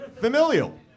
Familial